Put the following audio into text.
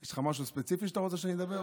יש לך משהו ספציפי שאתה רוצה שאני אגיד?